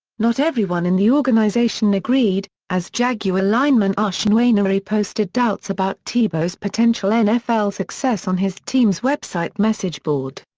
not everyone in the organization agreed, as jaguar lineman uche nwaneri posted doubts about tebow's potential nfl success on his team's website message board.